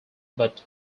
but